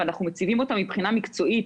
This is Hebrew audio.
ואנחנו מציבים אותם מבחינה מקצועית,